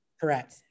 Correct